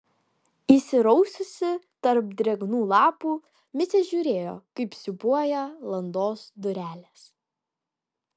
įsiraususi tarp drėgnų lapų micė žiūrėjo kaip siūbuoja landos durelės